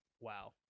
Wow